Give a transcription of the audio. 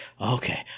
Okay